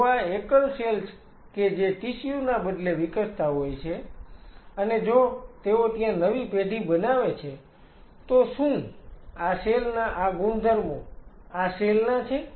જો આ એકલ સેલ કે જે ટિશ્યુ ના બદલે વિકસતા હોય છે અને જો તેઓ ત્યાં નવી પેઢી બનાવે છે તો શું આ સેલ ના આ ગુણધર્મો આ સેલ ના છે